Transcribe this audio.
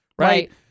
right